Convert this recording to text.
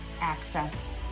access